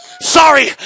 Sorry